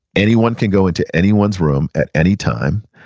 anyone can go into anyone's room at any time.